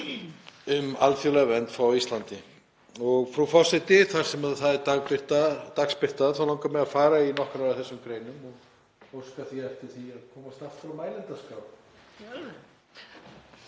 um alþjóðlega vernd fá á Íslandi. — Frú forseti. Þar sem það er dagsbirta þá langar mig að fara í nokkrar af þessum greinum. Ég óska því eftir því að komast aftur á mælendaskrá.